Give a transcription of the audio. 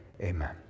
Amen